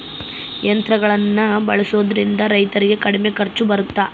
ಯಂತ್ರಗಳನ್ನ ಬಳಸೊದ್ರಿಂದ ರೈತರಿಗೆ ಕಡಿಮೆ ಖರ್ಚು ಬರುತ್ತಾ?